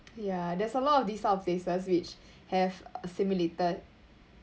ya there's a lot of this sort of places which have assimilated